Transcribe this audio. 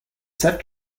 set